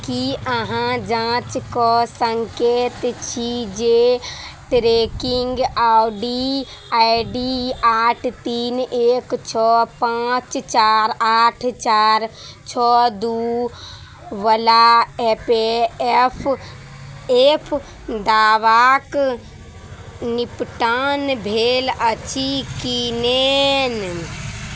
की अहाँ जाँच कऽ सकैत छी जे tracking I D I D आठ तीन एक छओ पाँच चारि आठ चारि छओ दूवला एपेएफ एफ दावाके निपटान भेल अछि कि नेन